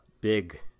big